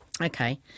Okay